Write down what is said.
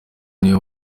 niwe